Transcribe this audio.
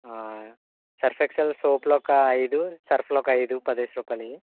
Surf Excel సోప్లు ఒక ఐదు సర్ఫులొక ఐదు పదేసి రూపాయలవి